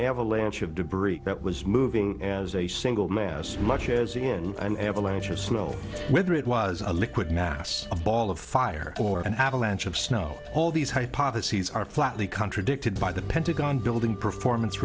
avalanche of debris that was moving as a single man as much as in an avalanche of snow whether it was a liquid mass a ball of fire or an avalanche of snow all these hypotheses are flatly contradicted by the pentagon building performance